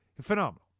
Phenomenal